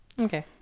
Okay